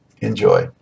Enjoy